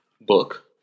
book